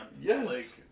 yes